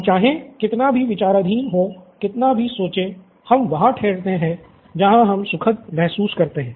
हम चाहे कितना भी विचारधीन हो कितना भी सोचे हम वहाँ ठहरते है जहां हम सुखद महसूस करते है